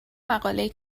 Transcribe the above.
مقالهای